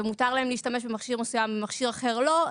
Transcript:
ומותר להם להשתמש במכשיר מסוים ובמכשיר אחר לא,